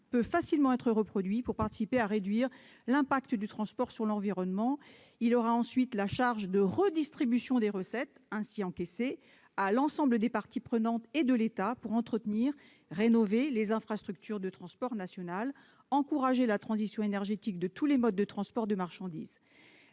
acceptabilité. Ce principe peut facilement être reproduit pour contribuer à réduire l'impact du transport sur l'environnement. Il aura ensuite la charge de redistribuer les recettes ainsi encaissées à l'ensemble des parties prenantes et de l'État, pour entretenir et rénover les infrastructures de transport nationales et encourager la transition énergétique de tous les modes de transport de marchandises.